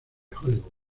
hollywood